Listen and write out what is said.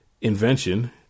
invention